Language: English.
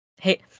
hey